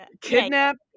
kidnapped